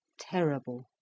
Terrible